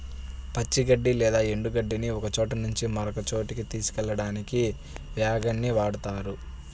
పచ్చి గడ్డి లేదా ఎండు గడ్డిని ఒకచోట నుంచి మరొక చోటుకి తీసుకెళ్ళడానికి వ్యాగన్ ని వాడుతారు